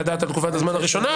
לדעת על תקופת הזמן הראשונה,